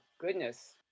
goodness